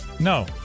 No